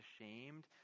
ashamed